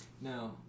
now